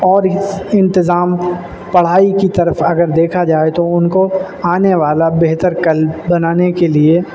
اور اس انتظام پڑھائی کی طرف اگر دیکھا جائے تو ان کو آنے والا بہتر کل بنانے کے لیے